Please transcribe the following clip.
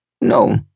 No